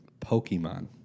Pokemon